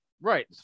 Right